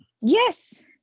Yes